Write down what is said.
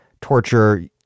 torture